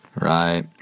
Right